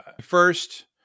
First